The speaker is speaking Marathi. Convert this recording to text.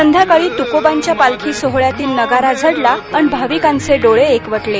सायंकाळी तुकोबांच्या पालखी सोहळ्यातील नगारा झडला अन भाविकांचे डोळे एकवटले